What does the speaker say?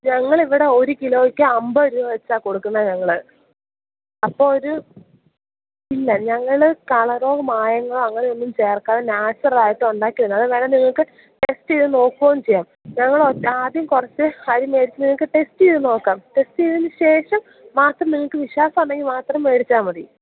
ഞങ്ങളിവടെ ഒരു കിലോയ്ക്ക് അൻപത് രൂപ വെച്ചാണ് കൊടുക്കുന്നത് ഞങ്ങൾ അപ്പോൾ ഒരു ഇല്ല ഞങ്ങൾ കളറോ മായങ്ങളോ അങ്ങനെയൊന്നും ചേർക്കാതെ നാച്ചുറൽ ആയിട്ട് ഉണ്ടാക്കിയതാണ് അത് വേണേൽ നിങ്ങൾക്ക് ടെസ്റ്റ് ചെയ്ത് നോക്കുകയും ചെയ്യാം ഞങ്ങൾ ആദ്യം കുറച്ച് അരി മേടിച്ച് നിങ്ങൾക്ക് ടെസ്റ്റ് ചെയ്ത് നോക്കാം ടെസ്റ്റ് ചെയ്തതിനു ശേഷം മാത്രം നിങ്ങൾക്ക് വിശ്വാസമുണ്ടെങ്കിൽ മാത്രം മേടിച്ചാൽ മതി